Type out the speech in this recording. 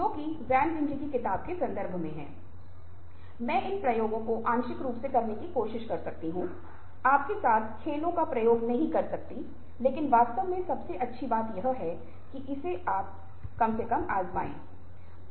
अब आप जानते हैं कि संदर्भ भिन्न हो सकता है या यह कहा जाता है कि प्रेम और युद्ध में जो कुछ भी गलत है उसे गलत नहीं कहा जाता है